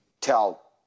tell